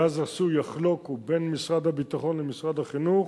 ואז עשו "יחלוקו" בין משרד הביטחון למשרד החינוך.